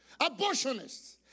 abortionists